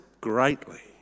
greatly